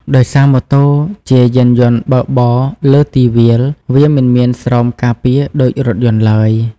ដោយសារម៉ូតូជាយានយន្តបើកបរលើទីវាល វាមិនមានស្រោមការពារដូចរថយន្តឡើយ។